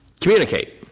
communicate